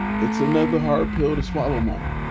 it's another hard pill to swallow moment.